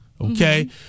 okay